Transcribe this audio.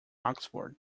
oxford